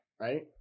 right